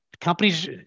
companies